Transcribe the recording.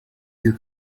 your